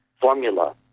formula